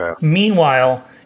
Meanwhile